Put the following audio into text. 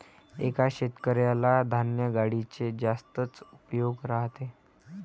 एका शेतकऱ्याला धान्य गाडीचे जास्तच उपयोग राहते